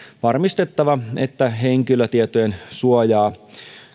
varmistettava että henkilötietojen suojaa